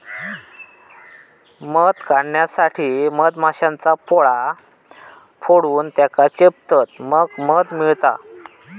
मध काढण्यासाठी मधमाश्यांचा पोळा फोडून त्येका चेपतत मग मध मिळता